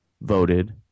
voted